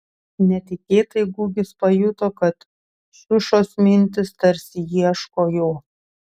netikėtai gugis pajuto kad šiušos mintys tarsi ieško jo